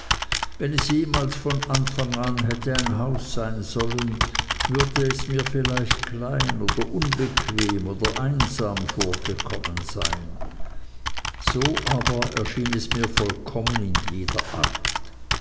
wenn es jemals von anfang an hätte ein haus sein sollen würde es mir vielleicht klein der unbequem oder einsam vorgekommen sein so aber erschien es mir vollkommen in jeder art